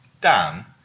Dan